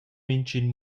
mintgin